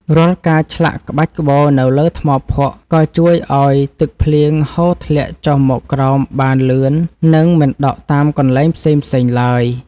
រាល់ការឆ្លាក់ក្បាច់ក្បូរនៅលើថ្មភក់ក៏ជួយឱ្យទឹកភ្លៀងហូរធ្លាក់ចុះមកក្រោមបានលឿន និង មិនដក់តាមកន្លែងផ្សេងៗឡើយ។